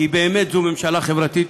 כי באמת זו ממשלה חברתית.